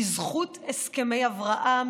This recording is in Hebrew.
בזכות הסכמי אברהם,